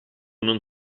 non